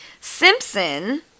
Simpson